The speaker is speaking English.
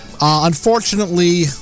unfortunately